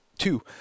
Two